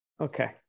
Okay